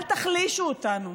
אל תחלישו אותנו.